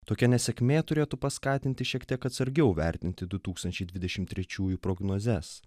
tokia nesėkmė turėtų paskatinti šiek tiek atsargiau vertinti du tūkstančiai dvidešim trečiųjų prognozes